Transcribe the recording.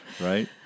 right